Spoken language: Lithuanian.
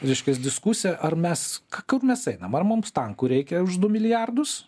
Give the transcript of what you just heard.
reiškias diskusija ar mes kur mes einam ar mums tankų reikia už du milijardus